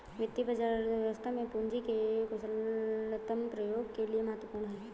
वित्तीय बाजार अर्थव्यवस्था में पूंजी के कुशलतम प्रयोग के लिए महत्वपूर्ण है